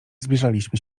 zbliżaliśmy